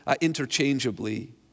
interchangeably